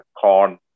corn